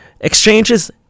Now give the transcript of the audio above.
exchanges